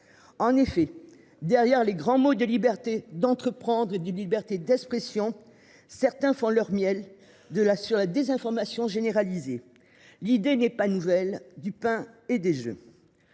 En effet, derrière les grands mots de « liberté d’entreprendre » et de « liberté d’expression », certains font leur miel de la désinformation généralisée. L’idée n’est pas nouvelle, elle se